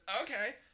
okay